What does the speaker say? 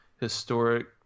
historic